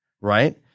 right